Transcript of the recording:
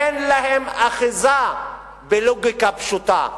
אין להם אחיזה בלוגיקה פשוטה.